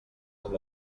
amb